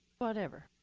whatever.